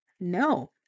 no